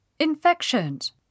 Infections